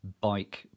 bike